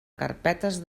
carpetes